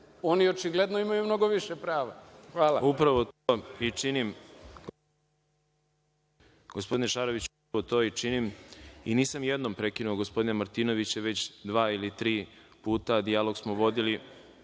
Oni očigledno imaju više prava. Hvala.